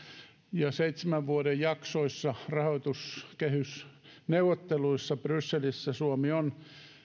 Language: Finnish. seitsemän vuoden jaksoissa rahoituskehysneuvotteluissa brysselissä suomi on